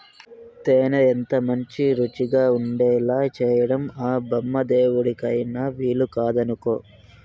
తేనె ఎంతమంచి రుచిగా ఉండేలా చేయడం ఆ బెమ్మదేవుడికైన వీలుకాదనుకో